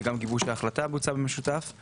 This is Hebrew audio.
וגם גיבוש ההחלטה בוצע במשותף.